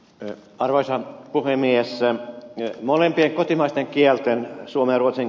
te arvoisa puhemies saa nyt molempien kotimaisten kielten suomella sen